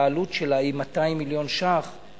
העלות שלה היא 200 מיליון שקלים,